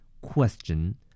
Question